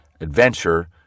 adventure